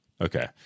Okay